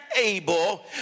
able